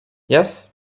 yes